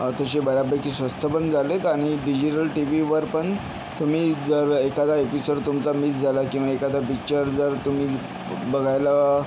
तशी बऱ्यापैकी स्वस्त पण झाले आहेत आणि डिजिटल टीवीवर पण तुम्ही जर एखादा एपिसोड तुमचा मिस झाला किंवा एखादा पिच्चर जर तुम्ही बघायला